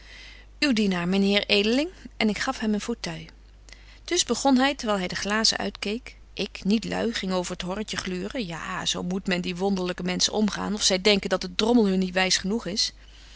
dienaar myn heer edeling en ik gaf hem een fauteuil dus begon hy terwyl hy de glazen uitkeek ik niet lui ging over t horretje gluren ja zo moet men met die wonderlyke menschen omgaan of zy denken dat de drommel hun niet wys genoeg is